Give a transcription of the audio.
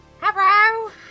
Hello